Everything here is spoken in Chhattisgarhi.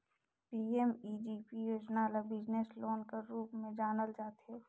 पीएमईजीपी योजना ल बिजनेस लोन कर रूप में जानल जाथे